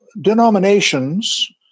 denominations